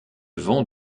vent